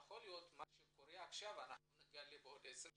יכול להיות שמה שקורה עכשיו אנחנו נגלה בעוד עשר שנים,